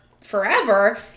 forever